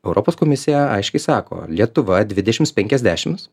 europos komisija aiškiai sako lietuva dvidešimt penkiasdešimt